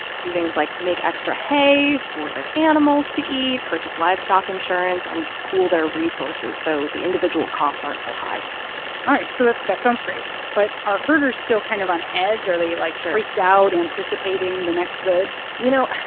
do things like make extra hay for their animals to eat, purchase livestock insurance and pool their resources so the individual costs aren't so high all right. so that sounds great. but are herders still kind of on edge. are they, like. sure. freaked out, anticipating the next dzud? you know,